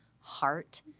heart